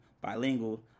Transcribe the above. Bilingual